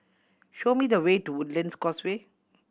show me the way to Woodlands Causeway